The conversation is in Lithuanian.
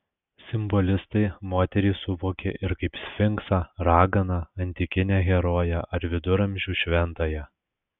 simbolistai moterį suvokė ir kaip sfinksą raganą antikinę heroję ar viduramžių šventąją